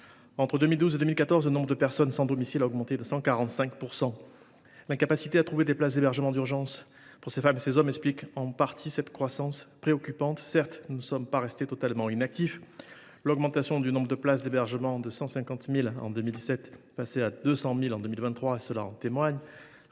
entre 2012 et 2014, le nombre de personnes sans domicile a augmenté de 145 %. L’incapacité à trouver des places d’hébergement d’urgence pour ces femmes et ces hommes explique en partie cette croissance préoccupante. Certes, nous ne sommes pas restés totalement inactifs, l’augmentation du nombre de places d’hébergement de 150 000 en 2017 à 200 000 en 2023 en témoigne.